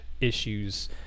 issues